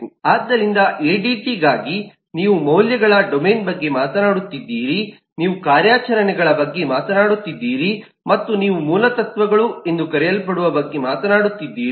ಆದ್ದರಿಂದ ಎಡಿಟಿ ಗಾಗಿ ನೀವು ಮೌಲ್ಯಗಳ ಡೊಮೇನ್ ಬಗ್ಗೆ ಮಾತನಾಡುತ್ತೀರಿ ನೀವು ಕಾರ್ಯಾಚರಣೆಗಳ ಬಗ್ಗೆ ಮಾತನಾಡುತ್ತೀರಿ ಮತ್ತು ನೀವು ಮೂಲತತ್ವಗಳು ಎಂದು ಕರೆಯಲ್ಪಡುವ ಬಗ್ಗೆ ಮಾತನಾಡುತ್ತೀರಿ